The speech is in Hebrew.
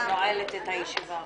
אני נועלת את הישיבה.